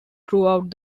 throughout